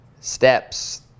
steps